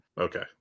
Okay